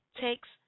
takes